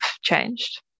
changed